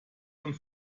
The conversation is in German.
und